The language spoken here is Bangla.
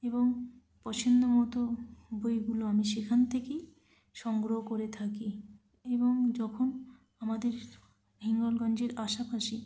এবং পছন্দ মতো বইগুলো আমি সেখান থেকেই সংগ্রহ করে থাকি এবং যখন আমাদের হিঙ্গলগঞ্জের আশেপাশে